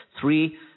three